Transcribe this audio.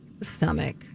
stomach